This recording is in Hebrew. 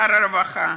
שר הרווחה,